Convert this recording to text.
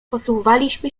posuwaliśmy